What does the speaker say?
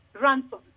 ransom